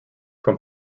from